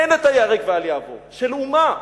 אין ה"ייהרג ואל יעבור" של אומה,